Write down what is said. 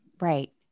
Right